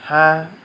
হাঁহ